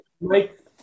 mike